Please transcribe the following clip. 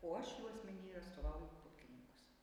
o aš jų asmeny atstovauju pupkininkus